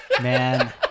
man